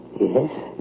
Yes